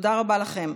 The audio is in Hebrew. תודה רבה לכם.